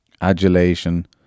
adulation